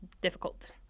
difficult